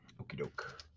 Okey-doke